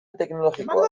teknologikoak